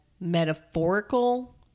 metaphorical